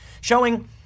showing